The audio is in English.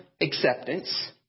acceptance